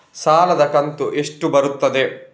ಸಾಲದ ಕಂತು ಎಷ್ಟು ಬರುತ್ತದೆ?